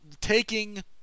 taking